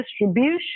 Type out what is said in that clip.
distribution